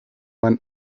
man